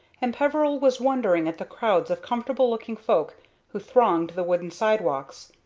and peveril was wondering at the crowds of comfortable-looking folk who thronged the wooden sidewalks,